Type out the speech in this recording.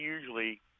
usually